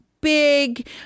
big